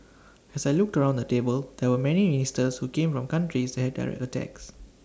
as I looked around the table there were many ministers who came from countries that direct attacks